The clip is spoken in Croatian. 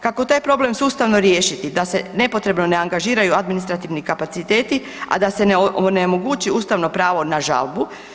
Kako taj problem sustavno riješiti da se nepotrebno ne angažiraju administrativni kapaciteti, a da se ne onemogući ustavno pravo na žalbu?